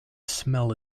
smell